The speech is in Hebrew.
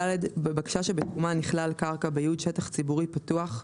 (ד)בבקשה שבתומה נכלל קרקע בייעוד שטח ציבורי פתוח,